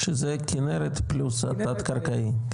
שזה כינרת פלוס התת קרקעי.